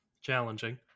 Challenging